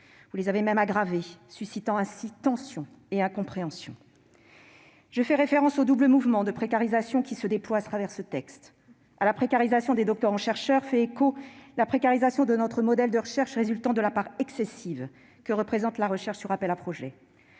Vous les avez même aggravées, suscitant ainsi tension et incompréhension. Je fais référence au double mouvement de précarisation qui se déploie au travers de ce texte : à la précarisation des doctorants-chercheurs fait écho la précarisation de notre modèle de recherche, résultant de la part excessive que représente la recherche sur appels à projets.